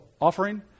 offering